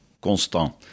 constant